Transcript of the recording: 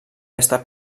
estat